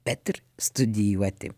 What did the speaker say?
bet ir studijuoti